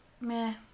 meh